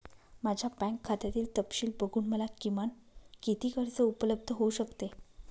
माझ्या बँक खात्यातील तपशील बघून मला किमान किती कर्ज उपलब्ध होऊ शकते?